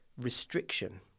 restriction